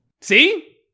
See